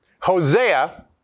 Hosea